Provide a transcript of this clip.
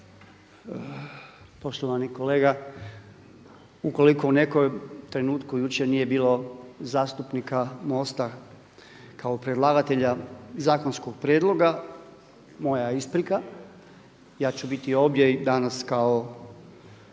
Poštovani kolega, ukoliko u nekom trenutku jučer nije bilo zastupnika MOST-a kao predlagatelja zakonskog prijedloga moja isprika. Ja ću biti ovdje danas kao